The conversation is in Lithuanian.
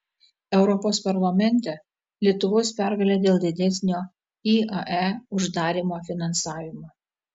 europos parlamente lietuvos pergalė dėl didesnio iae uždarymo finansavimo